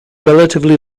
relatively